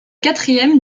quatrième